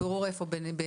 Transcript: בירור איפה?